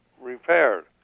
repaired